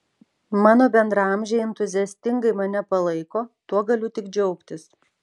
mano bendraamžiai entuziastingai mane palaiko tuo galiu tik džiaugtis